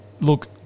look